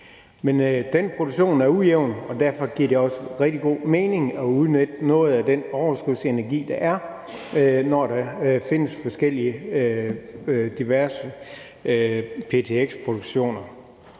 Men den produktion er ujævn, og derfor giver det også rigtig god mening at udnytte noget af den overskudsenergi, der er, når der findes diverse ptx-produktioner.